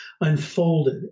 unfolded